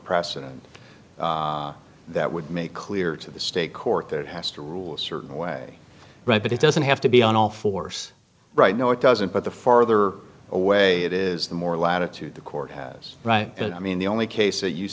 precedent that would make clear to the state court that it has to rule certain way right but it doesn't have to be on all force right now it doesn't but the farther away it is the more latitude the court has right i mean the only case that you